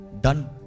Done